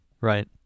Right